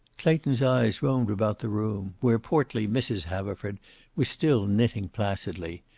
clayton's eyes roamed about the room, where portly mrs. haverford was still knitting placidly,